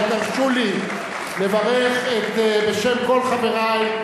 אבל תרשו לי לברך בשם כל חברי,